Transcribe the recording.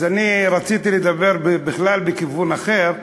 אני רציתי לדבר בכלל בכיוון אחר,